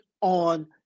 on